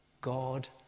God